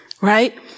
right